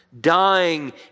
Dying